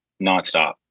nonstop